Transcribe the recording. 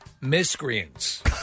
miscreants